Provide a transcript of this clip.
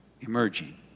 emerging